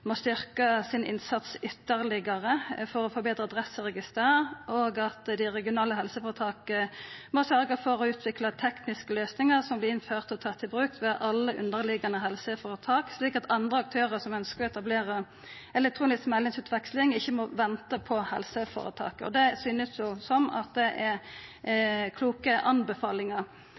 må styrkja innsatsen ytterlegare for å forbetra Adresseregisteret, og at dei regionale helseføretaka må sørgja for å utvikla tekniske løysingar som vert innførte og tatt i bruk ved alle underliggjande helseføretak, slik at andre aktørar som ønskjer å etablera elektronisk meldingsutveksling, ikkje må venta på helseføretaka. Det